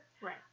right